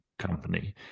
Company